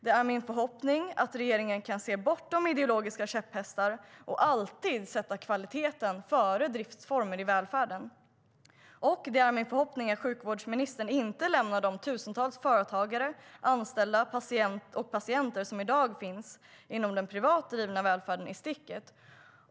Det är min förhoppning att regeringen kan se bortom ideologiska käpphästar och alltid sätta kvaliteten före driftsformer i välfärden. Det är också min förhoppning att sjukvårdsministern inte lämnar de tusentals företagare, anställda och patienter som i dag finns inom den privat drivna välfärden i sticket.